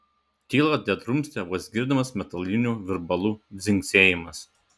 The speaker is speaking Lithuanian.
tylą tedrumstė vos girdimas metalinių virbalų dzingsėjimas